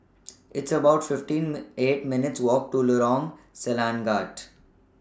It's about fifteen May eight minutes' Walk to Lorong Selangat